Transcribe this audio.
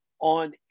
On